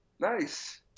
Nice